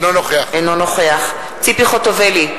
אינו נוכח ציפי חוטובלי,